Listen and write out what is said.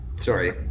Sorry